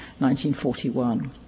1941